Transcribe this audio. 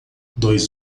dois